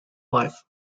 wife